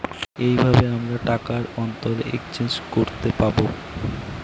এইভাবে আমরা টাকার অন্তরে এক্সচেঞ্জ করতে পাবো